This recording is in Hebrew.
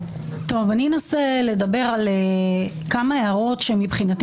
אני אנסה לדבר על כמה הערות שמבחינתי